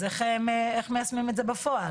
אז איך מיישמים את זה בפועל?